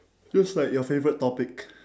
looks like your favourite topic